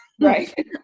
Right